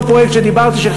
אותו פרויקט שדיברתי עליו,